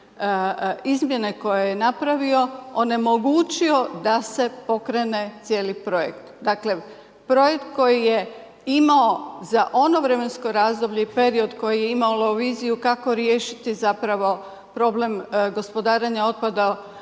izmjene koje je napravio onemogućio da se pokrene cijeli projekt. Dakle, projekt koji je imao za ono vremensko razdoblje i period koji je imalo viziju kako riješiti zapravo problem gospodarenja otpada